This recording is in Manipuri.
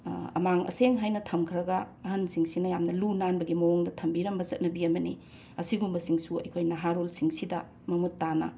ꯑꯃꯥꯡ ꯑꯁꯦꯡ ꯍꯥꯏꯅ ꯊꯝꯈ꯭ꯔꯒ ꯑꯍꯟꯁꯤꯡꯁꯤꯅ ꯌꯥꯝꯅ ꯂꯨ ꯅꯥꯟꯕꯒꯤ ꯃꯑꯣꯡꯗ ꯊꯝꯕꯤꯔꯝꯕ ꯆꯠꯅꯕꯤ ꯑꯃꯅꯤ ꯑꯁꯤꯒꯨꯝꯕꯁꯤꯡꯁꯨ ꯑꯩꯈꯣꯏ ꯅꯍꯥꯔꯣꯜꯁꯤꯡꯁꯤꯗ ꯃꯃꯨꯠ ꯇꯥꯅ